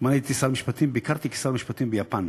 שכשהייתי שר המשפטים, ביקרתי כשר המשפטים ביפן.